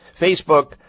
Facebook